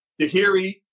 Tahiri